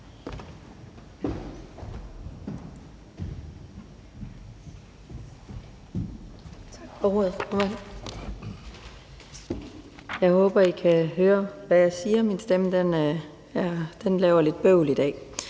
Jeg håber, I kan høre, hvad jeg siger; min stemme laver lidt bøvl i dag.